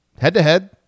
head-to-head